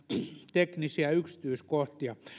teknisiä yksityiskohtia